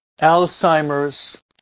Alzheimer's